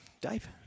Dave